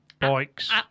bikes